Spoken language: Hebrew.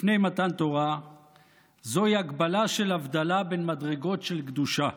לפני מתן תורה זוהי הגבלה של הבדלה בין מדרגות של קדושה